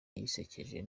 zisekeje